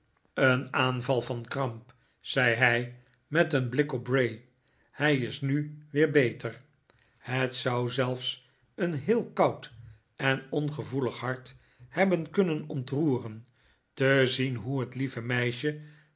een aanval van kramp zei hij met een blik op bray hij is nu weer beter het zou zelfs een heel koud en ongevoelig hart hebben kunnen ontroeren te zien hoe het lieve meisje